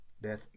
Death